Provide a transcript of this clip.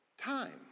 time